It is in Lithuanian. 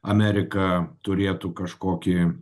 amerika turėtų kažkokį